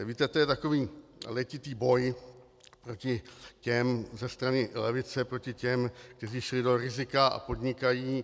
Víte, to je takový letitý boj proti těm ze strany levice proti těm, kteří šli do rizika a podnikají.